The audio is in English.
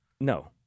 No